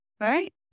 right